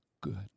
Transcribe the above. good